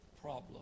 problem